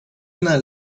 una